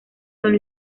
son